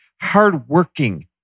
hardworking